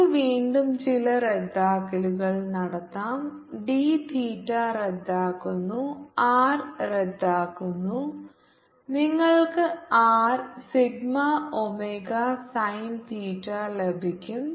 നമുക്ക് വീണ്ടും ചില റദ്ദാക്കലുകൾ നടത്താം d തീറ്റ റദ്ദാക്കുന്നു R റദ്ദാക്കുന്നു നിങ്ങൾക്ക് R sigma omega sine theta ലഭിക്കും